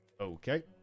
Okay